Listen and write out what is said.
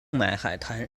海滩